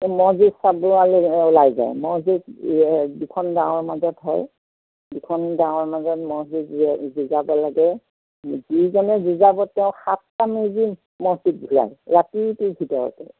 মহযুঁজ চাবলৈ ওলাই যায় মহযুঁজ যিখন গাঁৱৰ মাজত হয় যিখন গাঁৱৰ মাজত মহযুঁজ যুঁজাব লাগে যিজনে যুঁজাব তেওঁ সাতটা মহ যুঁজ ঘূৰায় ৰাতিটোৰ ভিতৰতে